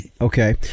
okay